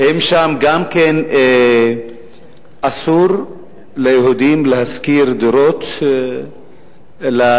אם גם שם אסור ליהודים להשכיר דירות לנוכרים,